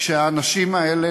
כשהאנשים האלה,